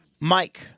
Mike